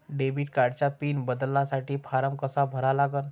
Debit कार्डचा pin बदलासाठी form कसा भरा लागन?